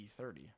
e30